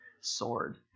sword